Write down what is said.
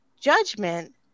judgment